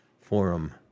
forum